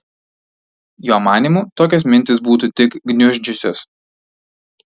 jo manymu tokios mintys būtų tik gniuždžiusios